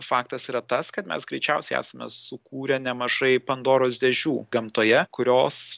faktas yra tas kad mes greičiausiai esame sukūrę nemažai pandoros dėžių gamtoje kurios